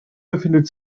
befindet